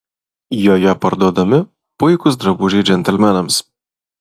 joje parduodami puikūs drabužiai džentelmenams